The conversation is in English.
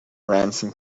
ransom